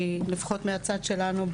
לפחות מהצד שלנו,